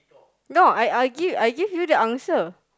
no I I I'll give I'll give you the answer